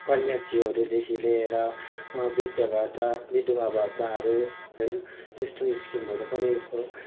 कन्याश्रीहरूदेखि लिएर विधवा भत्ता विधुवा भत्ताहरू होइन त्यस्तो स्किमहरू पनि